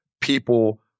people